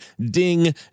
DING